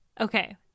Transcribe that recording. okay